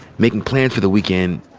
making plans for the weekend,